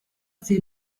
die